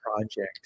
project